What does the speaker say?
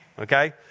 Okay